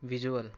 visual